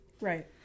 Right